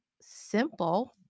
simple